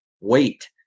wait